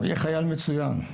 הוא יהיה חייל מצויין.